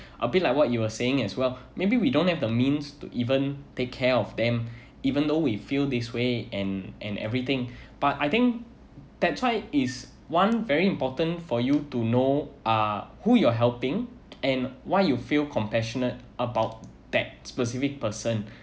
a bit like what you were saying as well maybe we don't have the means to even take care of them even though we feel this way and and everything but I think that's why is one very important for you to know uh who you're helping and why you feel compassionate about that specific person